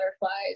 butterflies